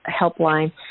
helpline